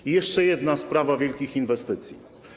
I jeszcze jedna sprawa wielkich inwestycji.